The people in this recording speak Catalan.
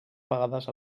vegades